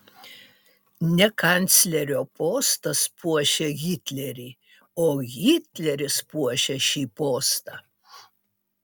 ne kanclerio postas puošia hitlerį o hitleris puošia šį postą